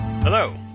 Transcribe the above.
Hello